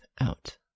out